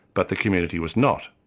but the community was not.